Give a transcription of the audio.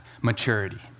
Maturity